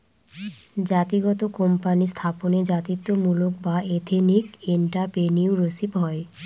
জাতিগত কোম্পানি স্থাপনে জাতিত্বমূলক বা এথেনিক এন্ট্রাপ্রেনিউরশিপ হয়